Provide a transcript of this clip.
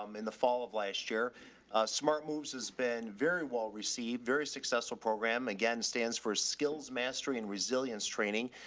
um in the fall of last year. a smart moves has been very well received. very successful program. again, stands for skills mastery and resilience training.